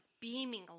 beaming